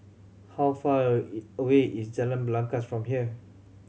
how far a it away is Jalan Belangkas from here